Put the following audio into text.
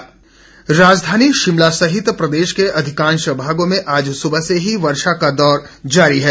मौसम राजधानी शिमला सहित प्रदेश के अधिकांश भागों में आज सुबह से ही वर्षा का दौर जारी है